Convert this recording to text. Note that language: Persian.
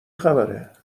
خبره